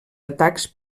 atacs